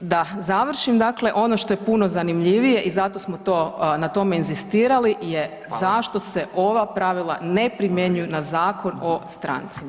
Da završim dakle, ono što je puno zanimljivije i zato smo to, na tome inzistirali je zašto se ova [[Upadica: Hvala.]] pravila ne primjenjuju na Zakon o strancima?